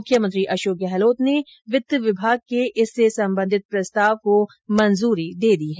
मुख्यमंत्री अशोक गहलोत ने वित्त विभाग के इससे संबंधित प्रस्ताव को मंजूरी दे दी है